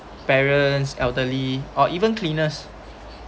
parents elderly or even cleaners